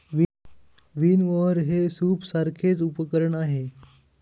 विनओवर हे सूपसारखेच उपकरण आहे